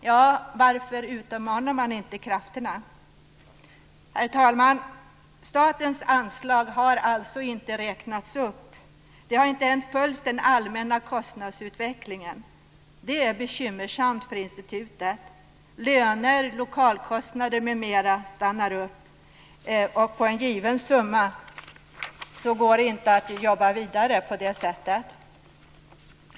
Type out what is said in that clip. Ja, varför utmanar man inte krafterna. Herr talman! Statens anslag har alltså inte räknats upp. De har inte ens följt den allmänna kostnadsutvecklingen. Det är bekymmersamt för institutet. Löner, lokalkostnader, m.m. stannar inte på en given summa, och det går inte att jobba vidare på detta sätt.